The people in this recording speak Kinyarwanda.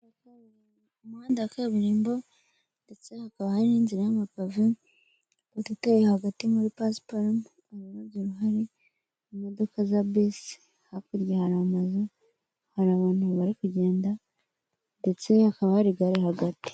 Umuhanda wa kaburimbo ndetse hakaba hari n'inzira y'amapave n'udutebe hagati muri pasiparume ururabyo duhari, hari imodoka za bisi, hakurya hari amazu, hari abantu bari kugenda ndetse hakaba hari gare hagati.